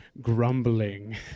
grumbling